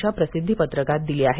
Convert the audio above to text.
च्या प्रसिद्धी पत्रकात दिली आहे